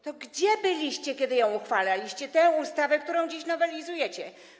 To gdzie byliście, kiedy ją uchwalaliście, tę ustawę, którą dziś nowelizujecie?